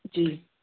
जी